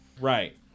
Right